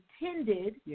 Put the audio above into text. intended